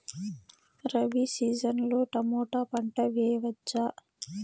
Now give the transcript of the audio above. Rabi season లో tomato పంట వేయవచ్చా?